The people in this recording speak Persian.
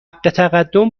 تقدم